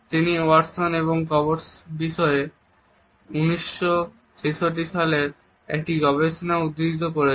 তিনি ওয়াটসন এবং কবর বিষয়ে 1966 সালের একটি গবেষণা উদ্ধৃত করেছেন